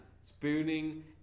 Spooning